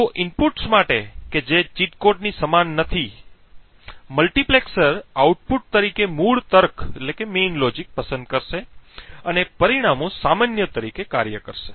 તો ઇનપુટ્સ માટે કે જે ચીટ કોડની સમાન નથી મલ્ટિપ્લેક્સર આઉટપુટ તરીકે મૂળ તર્ક પસંદ કરશે અને પરિણામો સામાન્ય તરીકે કાર્ય કરશે